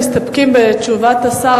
מכיוון שהם מסתפקים בתשובת השר,